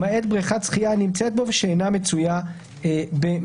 למעט בריכת שחייה הנמצאת בו ושאינה מצויה במבנה,